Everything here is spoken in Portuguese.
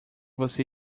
você